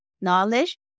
knowledge